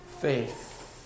faith